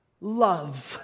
Love